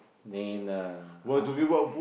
then lah after